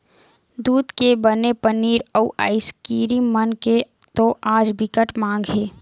दूद के बने पनीर, अउ आइसकीरिम मन के तो आज बिकट माग हे